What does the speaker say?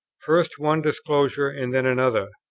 first one disclosure and then another,